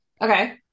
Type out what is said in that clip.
Okay